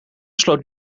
sloot